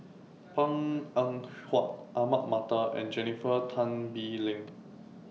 Png Eng Huat Ahmad Mattar and Jennifer Tan Bee Leng